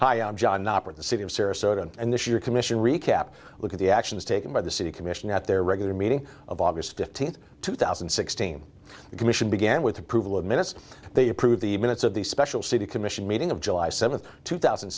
hi i'm john operate the city of sarasota and this year commission recap look at the actions taken by the city commission at their regular meeting of august fifteenth two thousand and sixteen the commission began with approval of minutes they approved the minutes of the special city commission meeting of july seventh two thousand